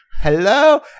Hello